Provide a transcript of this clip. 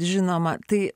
žinoma tai